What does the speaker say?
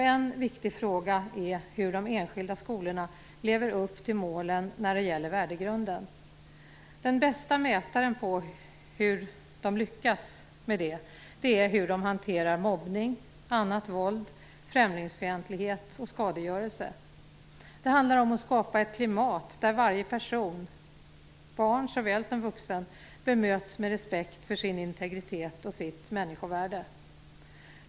En viktig fråga är hur de enskilda skolorna lever upp till målen när det gäller värdegrunden. Den bästa mätaren på hur de lyckas med det är hur de hanterar mobbning, annat våld, främlingsfientlighet och skadegörelse. Det handlar om att skapa ett klimat där varje person, barn såväl som vuxen, bemöts med respekt för sin integritet och sitt människovärde.